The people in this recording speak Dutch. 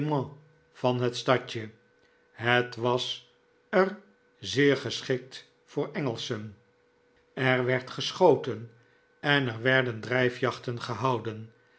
van het stadje het was er zeer geschikt voor engelschen er werd geschoten en er werden drijfjachten gehouden